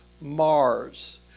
Mars